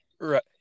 right